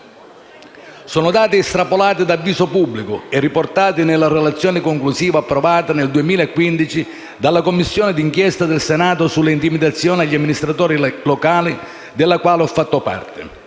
Sono dati estrapolati da Avviso pubblico e riportati nella relazione conclusiva approvata nel 2015 dalla Commissione d'inchiesta sul fenomeno delle intimidazioni nei confronti degli amministratori locali, della quale ho fatto parte.